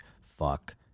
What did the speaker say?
Fuck